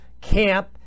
camp